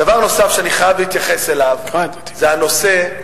דבר נוסף שאני חייב להתייחס אליו זה הנושא,